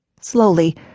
Slowly